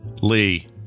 Lee